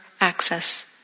access